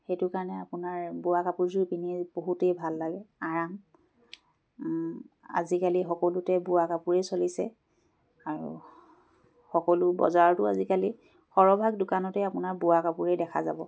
সেইটো কাৰণে আপোনাৰ বোৱা কাপোৰযোৰ পিন্ধি বহুতেই ভাল লাগে আৰাম আজিকালি সকলোতে বোৱা কাপোৰেই চলিছে আৰু সকলো বজাৰতো আজিকালি সৰহভাগ দোকানতেই আপোনাৰ বোৱা কাপোৰেই দেখা যাব